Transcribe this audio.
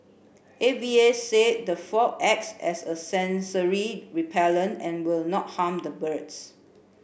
A V A said the fog acts as a sensory repellent and will not harm the birds